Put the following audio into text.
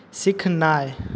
सिखनाय